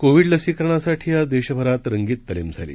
कोविडलसीकरणासाठीआजदेशभरातरंगीततालीमझाली